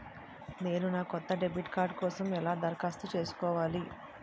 నేను నా కొత్త డెబిట్ కార్డ్ కోసం ఎలా దరఖాస్తు చేసుకోవాలి?